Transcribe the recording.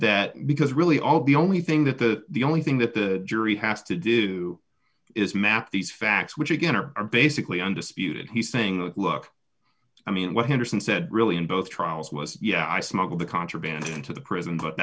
that because really all the only thing that the the only thing that the jury has to do is map these facts which again are basically undisputed he's thing look i mean what henderson said really in both trials was yeah i smuggled contraband into the prison but